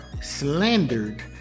slandered